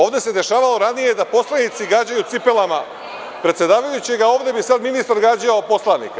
Ovde se dešavalo ranije da poslanici gađaju cipelama predsedavajućeg, a ovde bi sad ministar gađao poslanika.